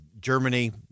Germany